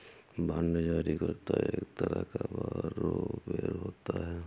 bond जारी करता एक तरह का बारोवेर होता है